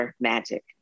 Magic